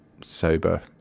sober